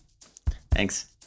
thanks